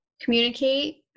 Communicate